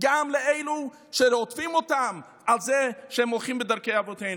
גם לאלו שרודפים אותם על זה שהם הולכים בדרכי אבותינו.